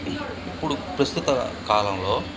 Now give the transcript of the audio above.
ఇప్పుడు ప్రస్తుత కాలంలో